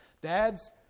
Dads